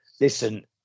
listen